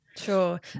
Sure